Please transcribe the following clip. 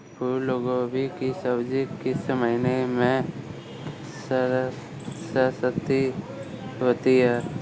फूल गोभी की सब्जी किस महीने में सस्ती होती है?